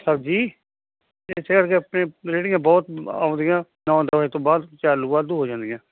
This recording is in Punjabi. ਸਬਜ਼ੀ ਅਤੇ ਫਿਰ ਆਪਣੇ ਰੇੜੀਆਂ ਬਹੁਤ ਆਉਂਦੀਆਂ ਨੌਂ ਵਜੇ ਤੋਂ ਬਾਅਦ ਚਾਲੂ ਵਾਧੂ ਹੋ ਜਾਂਦੀਆਂ